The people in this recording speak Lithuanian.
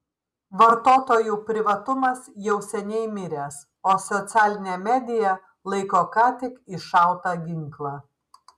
vartotojų privatumas jau seniai miręs o socialinė media laiko ką tik iššautą ginklą